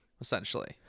essentially